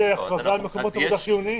יש הכרזה על מקומות עבודה חיוניים.